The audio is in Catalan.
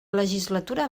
legislatura